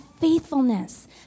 faithfulness